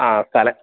ആ സ്ഥലം